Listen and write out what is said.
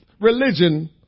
religion